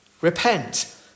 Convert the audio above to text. repent